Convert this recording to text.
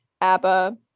abba